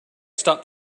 stop